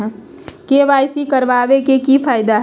KYC करवाबे के कि फायदा है?